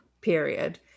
period